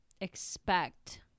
expect